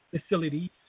facilities